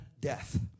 death